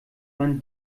man